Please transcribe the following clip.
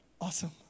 awesome